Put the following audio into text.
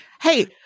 hey